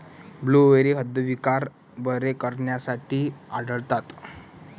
blueberry हृदयविकार बरे करण्यासाठी आढळतात